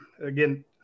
again